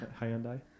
Hyundai